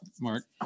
Mark